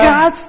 God